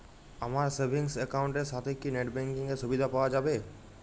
আমার savings account এর সাথে কি নেটব্যাঙ্কিং এর সুবিধা পাওয়া যাবে?